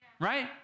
Right